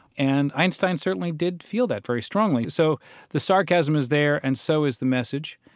and einstein certainly did feel that very strongly. so the sarcasm is there, and so is the message.